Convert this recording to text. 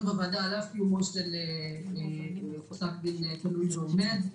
בוועדה על אף קיומו של פסק דין תלוי ועומד.